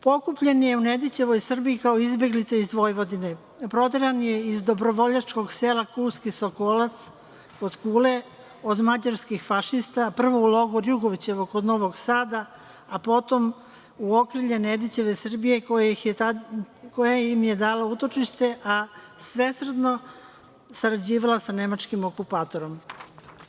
Pokupljen je u Nedićevoj Srbiji kao izbeglica iz Vojvodine, a proteran je iz dobrovoljačkog sela Kuski Sokolac kod Kule, od mađarskih fašista, prvo u logor Jugovićevo kod Novog Sada, a potom u okrilje Nedićeve Srbije koje im je dalo utočište, a svesrdno sarađivala sa nemačkim okupatorom.